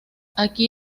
aquí